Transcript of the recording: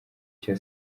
cya